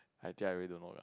actually I really don't know [la]